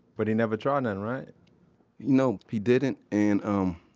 but he never tried nothin' right no, he didn't. and um,